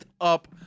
up